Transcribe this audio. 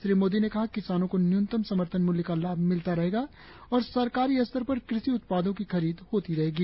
श्री मोदी ने कहा कि किसानों को न्य्नतम समर्थन मुल्य का लाभ मिलता रहेगा और सरकारी स्तर पर कृषि उत्पादों की खरीद होती रहेगी